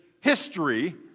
history